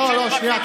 לא לא, שנייה.